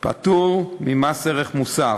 פטור ממס ערך מוסף.